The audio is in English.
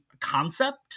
concept